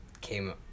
came